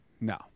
No